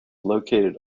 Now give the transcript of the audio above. located